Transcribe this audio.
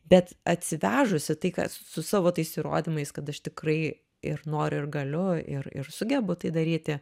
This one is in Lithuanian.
bet atsivežusi tai kas su savo tais įrodymais kad aš tikrai ir noriu ir galiu ir ir sugebu tai daryti